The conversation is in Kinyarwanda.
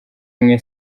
mwe